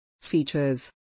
Features